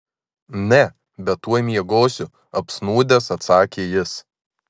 ne bet tuoj miegosiu apsnūdęs atsakė jis